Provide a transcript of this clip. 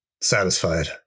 satisfied